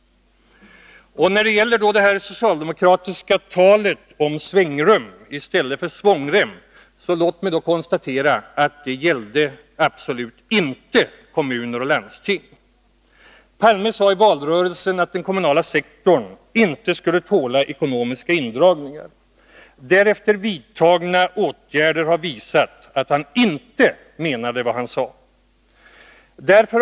Låt mig beträffande det socialdemokratiska talet om svängrum i stället för svångrem konstatera att det absolut inte gällde kommuner och landsting. I valrörelsen sade Olof Palme att den kommunala sektorn inte skulle tåla ekonomiska indragningar. Därefter vidtagna åtgärder har visat att han inte menade vad han sade.